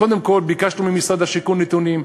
קודם כול, ביקשנו ממשרד השיכון נתונים.